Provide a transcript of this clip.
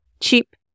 cheap